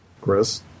Chris